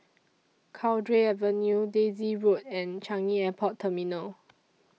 Cowdray Avenue Daisy Road and Changi Airport Terminal